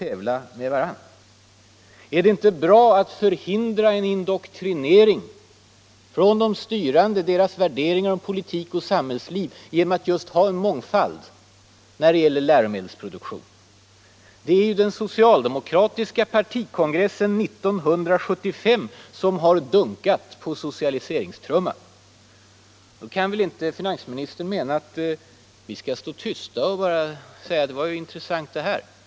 Är det inte bra att förhindra en indoktrinering från de styrande med deras värderingar om politik och samhällsliv genom att ha en mångfald när det gäller läromedelsproduktionen? Det är ju den socialdemokratiska partikongressen 1975 som har dunkat på socialiseringstrumman. Då kan väl inte finansministern mena att vi skall stå tysta och bara säga att det här var ju intressant.